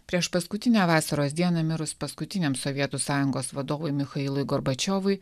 priešpaskutinę vasaros dieną mirus paskutiniam sovietų sąjungos vadovui michailui gorbačiovui